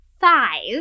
five